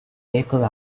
vehicle